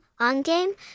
OnGame